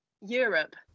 europe